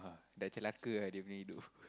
!wah! dah celaka ah dia punya hidup